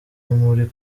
muri